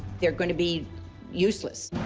they're going to be useless.